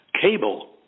cable